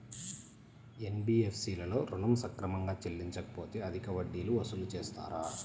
NBFC లలో ఋణం సక్రమంగా చెల్లించలేకపోతె అధిక వడ్డీలు వసూలు చేస్తారా?